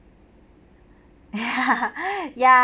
ya